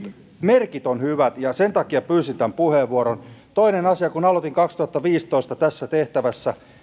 merkit ovat hyvät ja sen takia pyysin tämän puheenvuoron toinen asia kun aloitin vuonna kaksituhattaviisitoista tässä tehtävässä